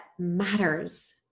matters